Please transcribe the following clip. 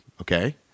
okay